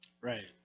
Right